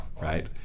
Right